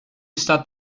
está